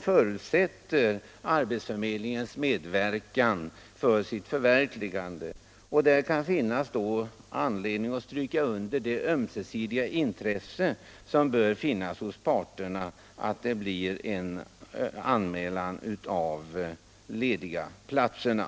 förutsätter arbetsförmedlingens medverkan för att kunna förverkligas. Det kan finnas anledning att mot den bakgrunden stryka under det ömsesidiga intresse som bör finnas hos parterna att det blir en anmälan av de lediga platserna.